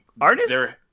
Artist